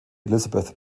elizabeth